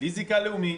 בלי זיקה לאומית,